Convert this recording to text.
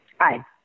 Hi